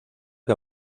que